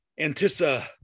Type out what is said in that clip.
antissa